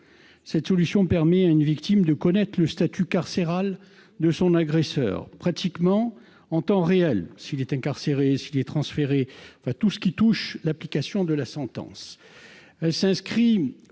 Cette solution permet à une victime de connaître le statut carcéral de son agresseur pratiquement en temps réel : s'il est incarcéré, s'il est transféré, tout ce qui touche l'application de la sentence.